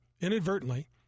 inadvertently